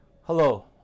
Hello